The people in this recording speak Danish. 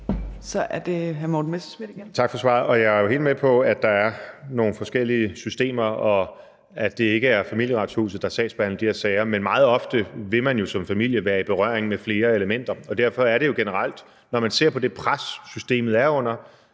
Kl. 15:41 Morten Messerschmidt (DF): Tak for svaret. Jeg er jo helt med på, at der er nogle forskellige systemer, og at det ikke er Familieretshuset, der sagsbehandler de her sager. Men meget ofte vil man jo som familie være i berøring med flere elementer, og derfor synes jeg jo generelt, når man ser på det pres, systemet er under,